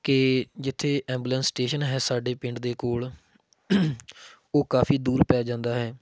ਕਿ ਜਿੱਥੇ ambulance station ਹੈ ਸਾਡੇ ਪਿੰਡ ਦੇ ਕੋਲ ਉਹ ਕਾਫ਼ੀ ਦੂਰ ਪੈ ਜਾਂਦਾ ਹੈ